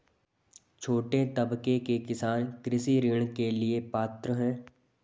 छोटे तबके के किसान कृषि ऋण के लिए पात्र हैं?